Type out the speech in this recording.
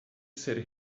ser